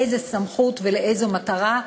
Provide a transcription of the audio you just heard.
באיזו סמכות ולאיזו מטרה,